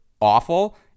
awful